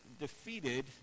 defeated